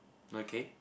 okay